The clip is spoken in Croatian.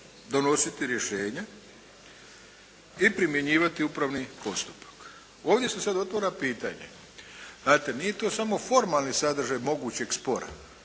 donositi rješenja i primjenjivati upravni postupak. Ovdje se sad otvara pitanje, znate nije to samo formalni sadržaj mogućeg spora